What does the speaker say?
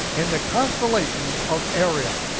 in the constellation of ariel,